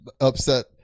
upset